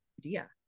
idea